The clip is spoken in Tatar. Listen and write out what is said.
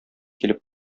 килеп